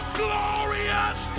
glorious